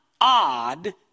odd